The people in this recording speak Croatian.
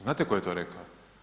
Znate tko je to rekao?